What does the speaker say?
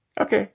Okay